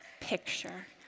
picture